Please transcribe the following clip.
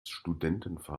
studentenfahrrad